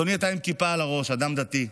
אדוני, אתה עם כיפה על הראש, אדם דתי,